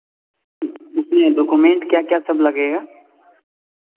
इसमें डोकुमेंट क्या क्या सब लगेगा